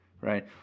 right